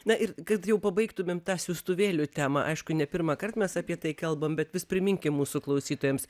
na ir kad jau pabaigtumėm tą siųstuvėlių temą aišku ne pirmąkart mes apie tai kalbam bet vis priminkim mūsų klausytojams